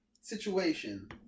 situation